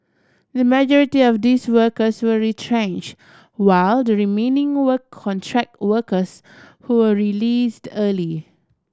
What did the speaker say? the majority of these workers were retrench while the remaining were contract workers who were released early